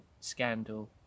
scandal